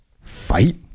fight